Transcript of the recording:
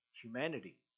humanity